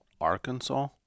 Arkansas